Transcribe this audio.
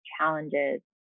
challenges